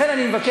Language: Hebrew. לכן אני מבקש,